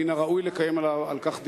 מן הראוי לקיים על כך דיון.